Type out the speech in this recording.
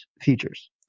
features